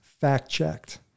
fact-checked